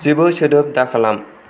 जेबो सोदोब दा खालाम